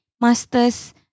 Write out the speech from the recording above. master's